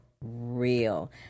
real